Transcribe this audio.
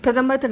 பிரதமர் திரு